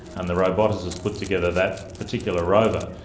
and the roboticists put together that particular rover.